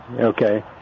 Okay